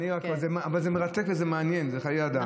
אבל זה מרתק וזה מעניין, זה חיי אדם.